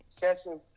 catching